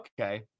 okay